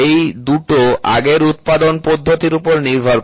এই দুটো আগের উৎপাদন পদ্ধতির উপর নির্ভর করে